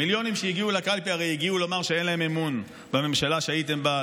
המיליונים שהגיעו לקלפי הרי הגיעו לומר שאין להם אמון בממשלה שהייתם בה,